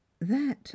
That